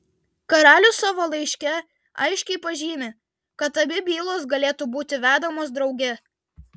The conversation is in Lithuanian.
karalius savo laiške aiškiai pažymi kad abi bylos galėtų būti vedamos drauge